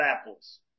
apples